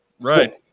Right